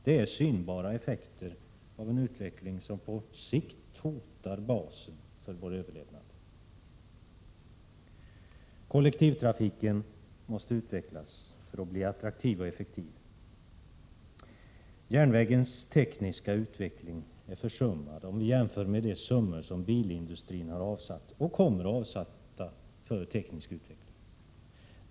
Det är synbara effekter av en utveckling som på sikt hotar basen för vår överlevnad. Kollektivtrafiken måste utvecklas för att bli attraktiv och effektiv. Järnvägens tekniska utveckling är försummad, om vi jämför med de summor som bilindustrin har avsatt och kommer att avsätta för teknisk utveckling.